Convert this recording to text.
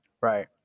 Right